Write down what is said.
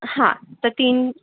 हां तर तीन